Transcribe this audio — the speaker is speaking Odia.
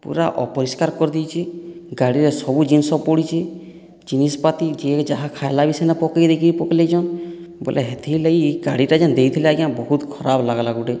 ପୁରା ଅପରିଷ୍କାର କରିଦେଇଛେ ଗାଡ଼ିରେ ସବୁ ଜିନିଷ ପଡ଼ିଛେ ଜିନିଷ୍ ପାତି ଯିଏ ଯାହା ଖାଏଲା ବି ସେନ ପକେଇ ଦେଇକି ପଲେଇଛନ୍ ବଏଲେ ହେଥିର୍ ଲାଗି ଗାଡ଼ିଟା ଯେନ୍ ଦେଇଥିଲେ ଆଜ୍ଞା ବହୁତ ଖରାପ ଲାଗ୍ଲା ଗୁଟେ